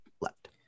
left